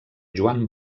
joan